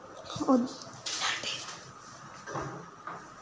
ओह्